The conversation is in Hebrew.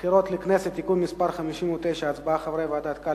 הבחירות לכנסת (תיקון מס' 59) (הצבעת חברי ועדת קלפי),